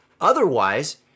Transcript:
Otherwise